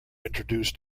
introduced